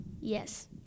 Yes